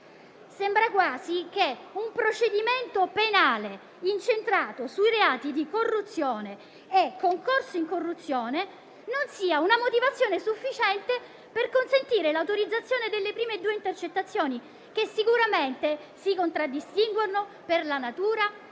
Sembra quasi che un procedimento penale incentrato sui reati di corruzione e concorso in corruzione non sia una motivazione sufficiente per consentire l'autorizzazione delle prime due intercettazioni, che sicuramente si contraddistinguono per la natura